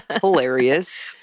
hilarious